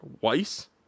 Weiss